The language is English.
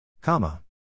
Comma